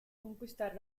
conquistare